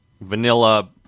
vanilla